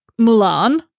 Mulan